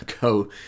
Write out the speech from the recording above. go